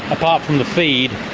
apart from the feed,